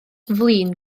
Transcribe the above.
flin